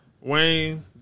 Wayne